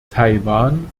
taiwan